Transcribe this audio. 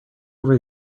over